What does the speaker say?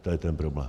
To je ten problém.